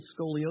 scoliosis